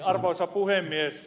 arvoisa puhemies